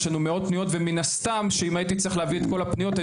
יש לנו מאות פניות ומן הסתם שאם הייתי צריך להביא את כל הפניות,